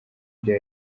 bya